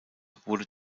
wurde